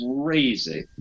crazy